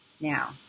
Now